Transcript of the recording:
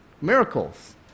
miracles